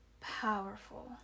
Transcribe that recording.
powerful